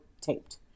taped